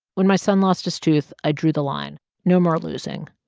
when my son lost his tooth, i drew the line no more losing.